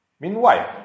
Meanwhile